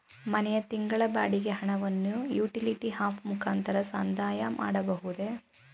ಮನೆಯ ತಿಂಗಳ ಬಾಡಿಗೆ ಹಣವನ್ನು ಯುಟಿಲಿಟಿ ಆಪ್ ಮುಖಾಂತರ ಸಂದಾಯ ಮಾಡಬಹುದೇ?